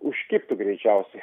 užkibtų greičiausiai